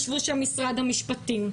ישבו שם משרד המשפטים,